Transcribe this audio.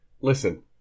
Listen